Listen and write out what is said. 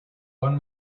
won